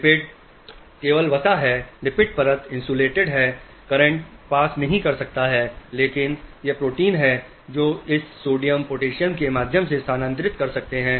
lipid केवल वसा है लिपिड परत INSULATED है CURRENT पास नहीं कर सकता है लेकिन ये प्रोटीन हैं जो इस सोडियम पोटेशियम के माध्यम से स्थानांतरित कर सकते हैं